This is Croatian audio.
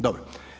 Dobro.